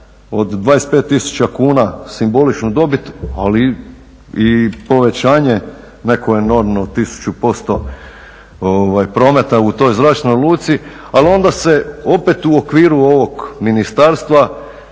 od 25 tisuća kuna simboličnu dobit ali i povećanje neko enormno 1000% prometa u toj zračnoj luci. Ali onda se opet u okviru ovog ministarstva